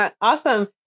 Awesome